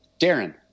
Darren